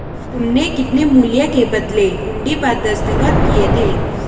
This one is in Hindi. तुमने कितने मूल्य के बदले हुंडी पर दस्तखत किए थे?